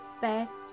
best